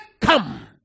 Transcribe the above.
come